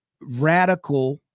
radical